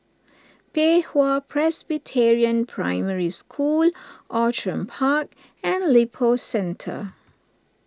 Pei Hwa Presbyterian Primary School Outram Park and Lippo Centre